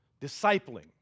discipling